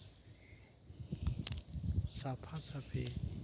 ᱥᱟᱯᱷᱟ ᱥᱟᱹᱯᱷᱤ